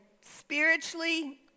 spiritually